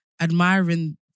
admiring